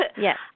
Yes